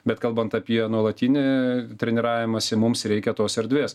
bet kalbant apie nuolatinį treniravimąsi mums reikia tos erdvės